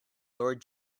lord